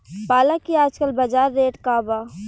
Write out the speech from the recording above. पालक के आजकल बजार रेट का बा?